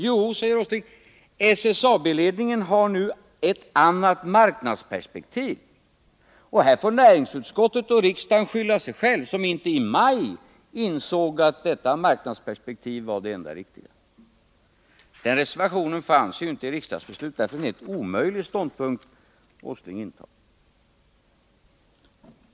Jo, säger herr Åsling, SSAB-ledningen har nu ett annat marknadsperspektiv, och här får näringsutskottet och riksdagen skylla sig själva, eftersom de inte i maj insåg att detta marknadsperspektiv var det enda riktiga. Den reservationen fanns inte i riksdagsbeslutet, varför det är en helt omöjlig ståndpunkt som herr Åsling intar.